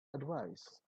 advise